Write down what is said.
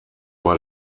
war